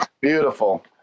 beautiful